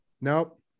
nope